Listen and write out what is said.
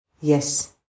Yes